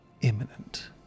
imminent